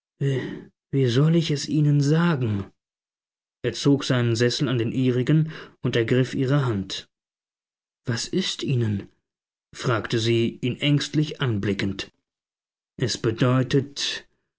wie soll ich es ihnen sagen er zog seinen sessel an den ihrigen und ergriff ihre hand was ist ihnen fragte sie ihn ängstlich anblickend es bedeutet